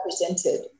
represented